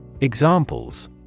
Examples